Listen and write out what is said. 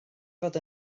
fod